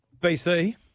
BC